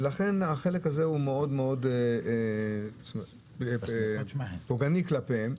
לכן החלק הזה מאוד מאוד פוגעני כלפיהם.